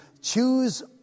choose